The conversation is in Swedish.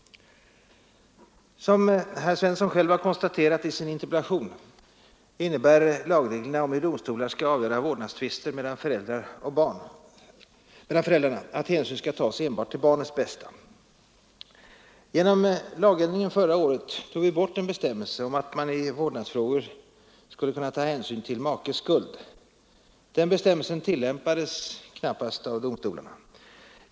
Som herr Svensson själv har konstaterat i sin interpellation innebär lagreglerna om hur domstolar skall avgöra vårdnadstvister mellan föräldrar att hänsyn skall tas enbart till barnets bästa. Genom lagändringen förra året tog vi bort en bestämmelse om att man i vårdnadsfrågor skulle kunna ta hänsyn till makes skuld. Den bestämmelsen tillämpades knappast av domstolarna.